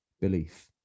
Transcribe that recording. belief